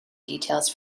details